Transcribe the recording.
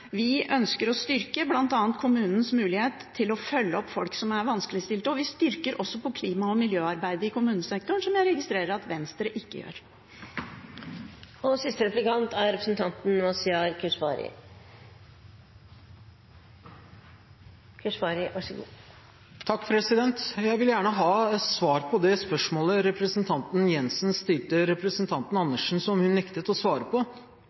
Vi ønsker å styrke bl.a. kommunens mulighet til å følge opp folk som er vanskeligstilte, og vi styrker også klima- og miljøarbeidet i kommunesektoren, som jeg registrerer at Venstre ikke gjør. Jeg vil gjerne ha svar på det spørsmålet representanten Jenssen stilte representanten Andersen, og som hun nektet å svare på.